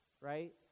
right